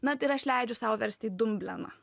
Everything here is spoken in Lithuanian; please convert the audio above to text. na tai ir aš leidžiu sau versti į dumbleną